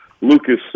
Lucas